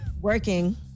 working